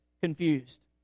confused